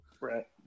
Right